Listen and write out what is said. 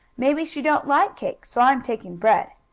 maybe she don't like cake, so i'm taking bread.